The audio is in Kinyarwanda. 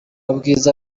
ubwiza